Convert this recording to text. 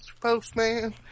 Postman